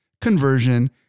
conversion